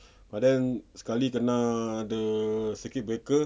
but then sekali kena the circuit breaker